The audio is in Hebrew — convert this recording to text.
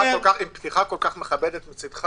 עם פתיחה כל כך מכבדת מצדך